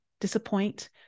disappoint